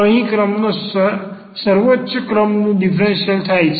અહીં ક્રમાંકનો અર્થ સર્વોચ્ચ ક્રમનું ડીફરન્સીયલ થાય છે